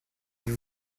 vais